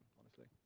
honestly.